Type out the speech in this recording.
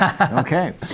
Okay